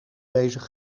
bezig